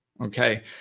Okay